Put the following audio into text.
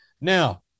Now